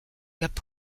cap